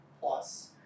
plus